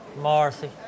Marcy